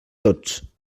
tots